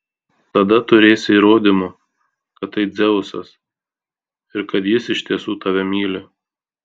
tada turėsi įrodymų kad tai dzeusas ir kad jis iš tiesų tave myli